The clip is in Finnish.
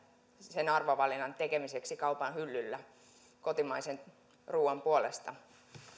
sen arvovalinnan tekemiseksi kaupan hyllyllä kotimaisen ruuan puolesta